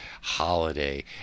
Holiday